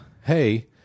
hey